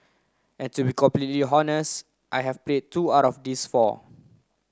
and to be completely I have played two out of these four